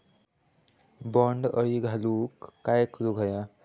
बोंड अळी घालवूक काय करू व्हया?